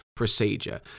procedure